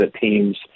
teams